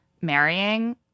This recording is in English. marrying